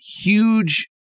huge